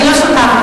אני לא שכחתי.